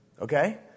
Okay